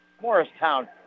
Morristown